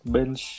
Bench